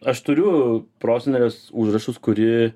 aš turiu prosenelės užrašus kuri